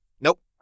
nope